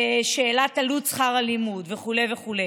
בשאלת עלות שכר הלימוד וכו' וכו'.